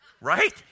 right